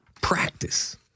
practice